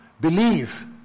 Believe